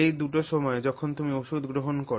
এই দুটি সময়ে যখন তুমি ওষুধ গ্রহণ কর